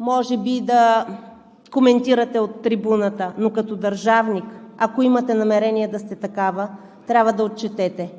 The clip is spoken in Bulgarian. длъжна да коментирате от трибуната, но като държавник, ако имате намерение да сте такава, трябва да отчетете.